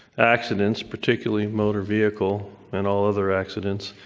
accidents, particularly motor vehicle and all other accidents,